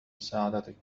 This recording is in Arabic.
مساعدتك